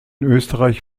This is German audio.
österreich